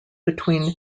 between